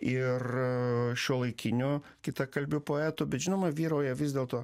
ir šiuolaikinių kitakalbių poetų bet žinoma vyrauja vis dėlto